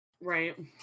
right